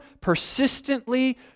persistently